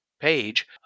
page